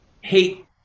hate